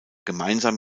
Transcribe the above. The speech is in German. gemeinsam